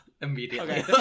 immediately